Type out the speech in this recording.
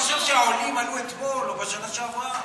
אפשר לחשוב שהעולים עלו אתמול או בשנה שעברה.